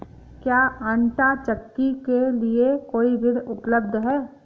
क्या आंटा चक्की के लिए कोई ऋण उपलब्ध है?